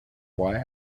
boy